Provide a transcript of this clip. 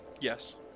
Yes